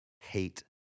hate